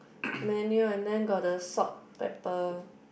menu and then got the salt pepper